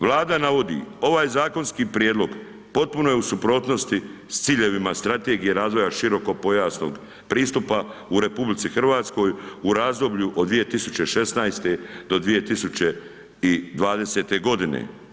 Vlada navodi, ovaj zakonski prijedlog potpuno je u suprotnosti s ciljevima strategije razvoja širokopojasnog pristupa u RH u razdoblju od 2016. do 2020. godine.